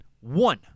One